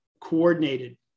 coordinated